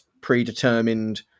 predetermined